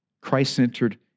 Christ-centered